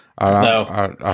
No